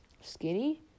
skinny